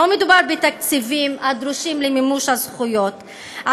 לא מדובר בתקציבים הדרושים למימוש הזכויות.